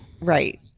right